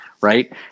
Right